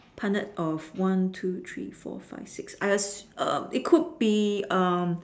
punnet of one two three four five six I ass~ um it could be um